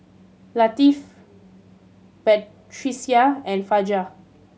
Latif Batrisya and Fajar